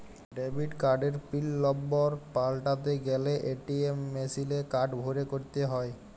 debit কার্ডের pin number পাল্টাতে গ্যালে এ.টি.এম মেশিলে কার্ড ভরে ক্যরতে হ্য়য়